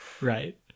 Right